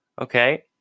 Okay